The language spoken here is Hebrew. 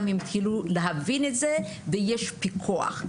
גם הם התחילו להבין את זה ויש פיקוח.